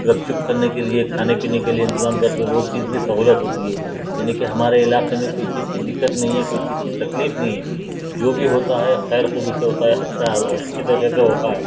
گپ چپ کرنے کے لیے کھانے پینے کے لیے انتظام کرتے وہ چیز بھی سہولت ہوتی ہے یعنی کہ ہمارے علاقے میں کوئی چیز کی دقت نہیں ہے کوئی چیز کی تکلیف نہیں ہے جو بھی ہوتا ہے خیر خوبی سے ہوتا ہے اچھا ہے وہ اچھی طریقے سے ہوتا ہے